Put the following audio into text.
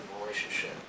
relationship